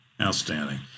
Outstanding